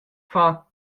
far